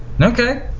okay